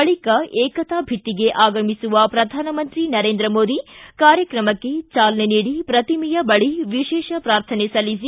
ಬಳಿಕ ಏಕತಾ ಭಿತ್ತಿಗೆ ಆಗಮಿಸುವ ಪ್ರಧಾನಮಂತ್ರಿ ನರೇಂದ್ರ ಮೋದಿ ಕಾರ್ಯಕ್ರಮಕ್ಕೆ ಚಾಲನೆ ನೀಡಿ ಪ್ರತಿಮೆಯ ಬಳಿ ವಿಶೇಷ ಪ್ರಾರ್ಥನೆ ಸಲ್ಲಿಸಿ